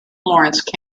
florence